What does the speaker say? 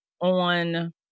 on